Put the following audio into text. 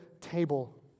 table